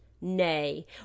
Nay